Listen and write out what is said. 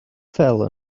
fell